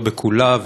לא בכולה,